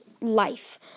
life